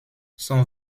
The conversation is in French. son